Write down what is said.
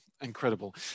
Incredible